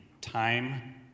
time